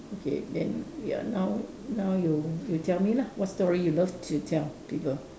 okay then ya now now you you tell me lah what story you love to tell people